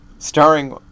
Starring